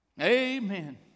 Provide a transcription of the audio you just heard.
Amen